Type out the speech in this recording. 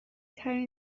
ترین